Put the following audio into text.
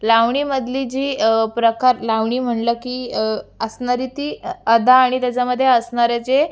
लावणीमधली जी प्रकार लावणी म्हटलं की असणारी ती अदा आणि त्याच्यामध्ये असणारे जे